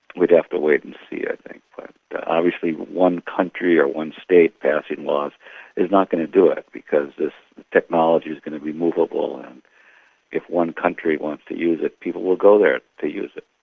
we'd have to wait and see i think. but obviously one country or one state passing laws is not going to do it, because this technology's going to be moveable and if one country wants to use it people with go there to use it.